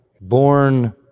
born